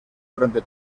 durante